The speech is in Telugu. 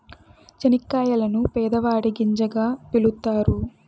చనిక్కాయలను పేదవాడి గింజగా పిలుత్తారు